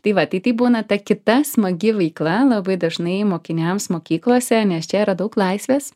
tai va tai tai būna ta kita smagi veikla labai dažnai mokiniams mokyklose nes čia yra daug laisvės